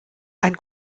ein